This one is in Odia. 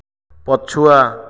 ପଛୁଆ